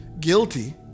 guilty